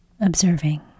observing